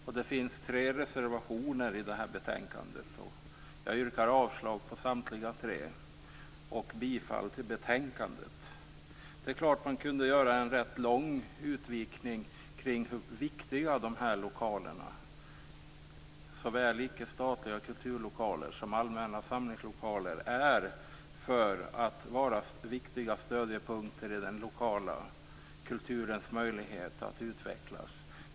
Det finns tre reservationer till betänkandet. Jag yrkar avslag på samtliga tre reservationer och bifall till utskottets hemställan. Det är klart att man kunde göra en ganska lång utvikning om hur viktiga de här lokalerna, såväl ickestatliga kulturlokaler som allmänna samlingslokaler, är som stödjepunkter för den lokala kulturens utveckling.